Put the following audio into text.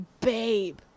babe